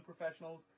professionals